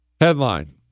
Headline